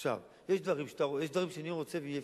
יש דברים שאני רוצה ואי-אפשר.